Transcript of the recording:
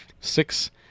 six